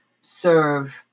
serve